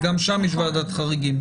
אז גם שם יש ועדת חריגים.